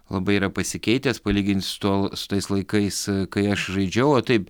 labai yra pasikeitęs palyginti su tuo su tais laikais kai aš žaidžiau o taip